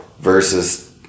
Versus